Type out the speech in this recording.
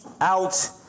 out